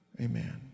Amen